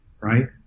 Right